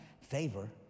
favor